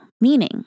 meaning